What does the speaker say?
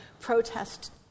Protest